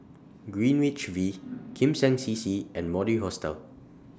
Greenwich V Kim Seng C C and Mori Hostel